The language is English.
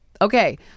Okay